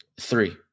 Three